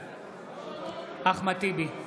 בעד אחמד טיבי,